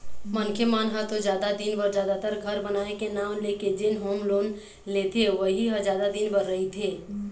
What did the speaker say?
मनखे मन ह तो जादा दिन बर जादातर घर बनाए के नांव लेके जेन होम लोन लेथे उही ह जादा दिन बर रहिथे